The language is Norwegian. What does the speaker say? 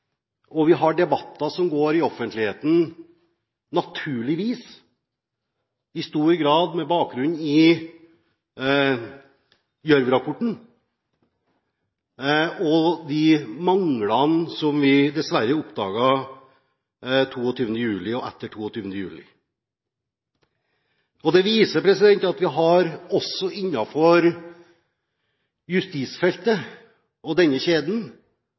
og vi har debatter som går i offentligheten – naturligvis – i stor grad med bakgrunn i Gjørv-rapporten og de manglene som vi dessverre oppdaget 22. juli og etter 22. juli. Det viser at vi også innenfor justisfeltet og denne kjeden